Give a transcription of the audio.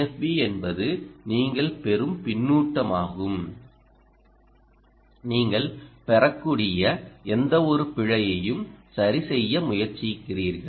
VFB என்பது நீங்கள் பெறும் பின்னூட்டமாகும் நீங்கள் பெறக்கூடிய எந்தவொரு பிழையும் சரி செய்ய முயற்சிக்கிறீர்கள்